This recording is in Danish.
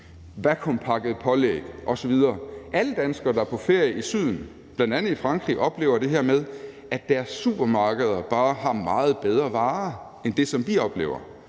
vakuumpakket pålæg osv. Alle danskere, der er på ferie i Syden, bl.a. i Frankrig, oplever det her med, at deres supermarkeder bare har meget bedre varer end det, som vi oplever,